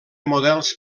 models